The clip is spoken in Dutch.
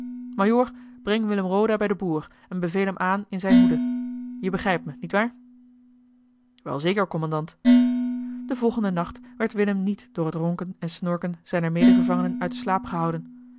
breng willem roda bij den boer en beveel hem aan in zijne hoede je begrijpt me niet waar wel zeker kommandant den volgenden nacht werd willem niet door het ronken en snorken zijner medegevangenen uit den slaap gehouden